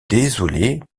désolé